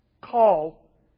Call